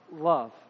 love